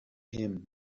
him